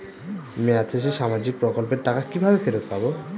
মেয়াদ শেষে সামাজিক প্রকল্পের টাকা কিভাবে ফেরত পাবো?